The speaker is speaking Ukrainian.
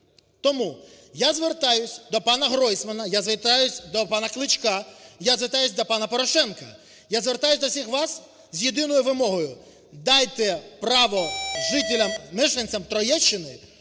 Тому я звертаюся до пана Гройсмана, я звертаюся до пана Кличка, я звертаюся до пана Порошенка, я звертаюся до всіх вас з єдиною вимогою: дайте право жителям, мешканцям Троєщини